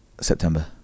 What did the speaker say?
September